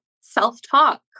self-talk